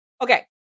Okay